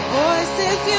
voices